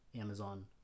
Amazon